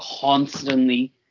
constantly